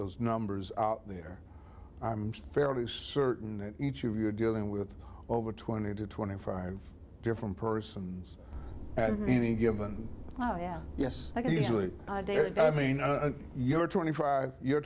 those numbers out there i'm fairly certain that each of you are dealing with over twenty to twenty five different persons at any given oh yeah yes i can easily i mean you're twenty five you're